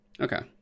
Okay